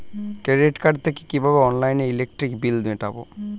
Credit card থেকে কিভাবে অনলাইনে ইলেকট্রিক বিল মেটাবো?